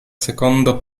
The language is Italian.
secondo